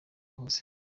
hose